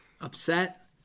upset